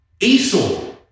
Esau